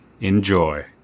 enjoy